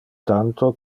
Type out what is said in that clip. tanto